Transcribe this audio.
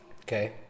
Okay